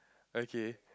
okay